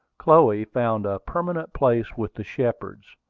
chloe found a permanent place with the shepards.